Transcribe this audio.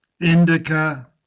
Indica